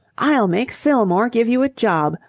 i'll make fillmore give you a job.